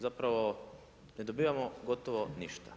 Zapravo ne dobivamo gotovo ništa.